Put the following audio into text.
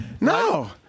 No